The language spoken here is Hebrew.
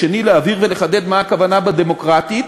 בשני להבהיר ולחדד מה הכוונה ב"דמוקרטית",